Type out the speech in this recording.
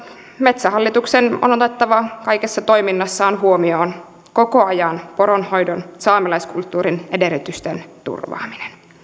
metsähallituksen on otettava kaikessa toiminnassaan huomioon koko ajan poronhoidon saamelaiskulttuurin edellytysten turvaaminen